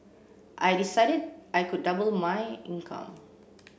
I decided I could double my income